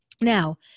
Now